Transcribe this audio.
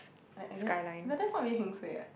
like I get but that's not really heng suay [what]